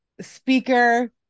speaker